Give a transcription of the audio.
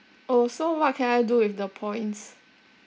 orh so what can I do with the points